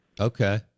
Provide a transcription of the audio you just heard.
Okay